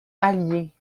alliées